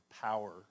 power